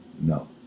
No